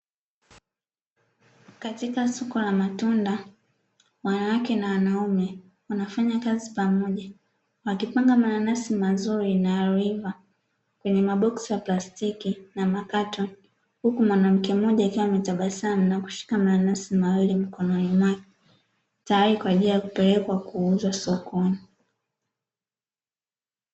Katika soko la matunda, wanawake na wanaume wanafanya kazi pamoja, wakipanga mananasi mazuri yaliyoiva kwenye maboksi plastiki na makatoni, huku mwanamke mmoja akiwa ametabasamu na kushika mananasi mawili mkononi mwake, tayari kwa ajili ya kupelekwa kuuzwa sokoni.